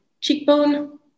cheekbone